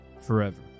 forever